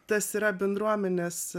tas yra bendruomenės